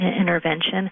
intervention